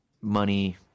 money